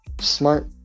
smart